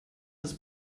des